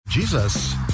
Jesus